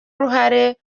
uruhare